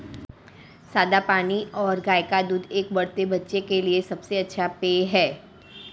सादा पानी और गाय का दूध एक बढ़ते बच्चे के लिए सबसे अच्छा पेय हैं